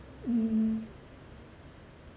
mm